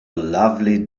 lovely